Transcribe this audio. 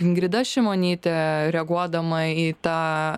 ingrida šimonytė reaguodama į tą